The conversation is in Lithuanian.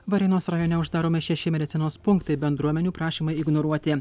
varėnos rajone uždaromi šeši medicinos punktai bendruomenių prašymai ignoruoti